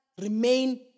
Remain